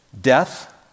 death